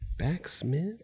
backsmith